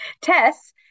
Tess